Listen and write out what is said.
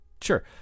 sure